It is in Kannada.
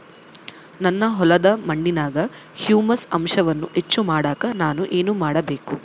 ನನ್ನ ಹೊಲದ ಮಣ್ಣಿನಾಗ ಹ್ಯೂಮಸ್ ಅಂಶವನ್ನ ಹೆಚ್ಚು ಮಾಡಾಕ ನಾನು ಏನು ಮಾಡಬೇಕು?